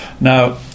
Now